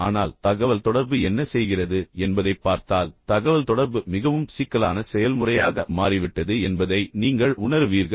ஆனால் தகவல் தொடர்பு என்ன செய்கிறது என்பதைப் பார்த்தால் தகவல் தொடர்பு மிகவும் சிக்கலான செயல்முறையாக மாறிவிட்டது என்பதை நீங்கள் உணருவீர்கள்